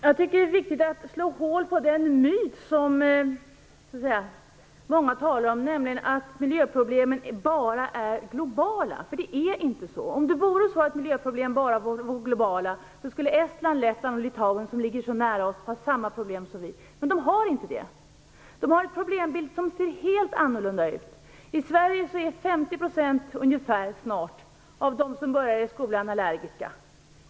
Fru talman! Jag tycker att det är viktigt att slå hål på en myt som många tycks tro på, nämligen att miljöproblemen bara är globala. Det är inte så. Om miljöproblemen bara vore globala skulle Estland, Lettland och Litauen, som ligger så nära Sverige, ha samma problem som vi, men de har inte det! De har en problembild som ser helt annorlunda ut. I Sverige är snart 50 % av dem som börjar i skolan allergiska.